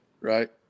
Right